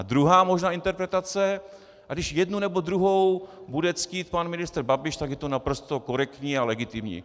Druhá možná interpretace, a když jednu nebo druhou bude ctít pan ministr Babiš, tak je to naprosto korektní a legitimní.